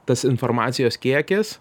tas informacijos kiekis